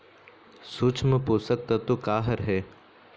सूक्ष्म पोषक तत्व का हर हे?